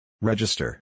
Register